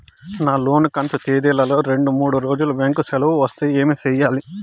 నా లోను కంతు తేదీల లో రెండు మూడు రోజులు బ్యాంకు సెలవులు వస్తే ఏమి సెయ్యాలి?